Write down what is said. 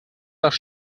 nach